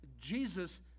Jesus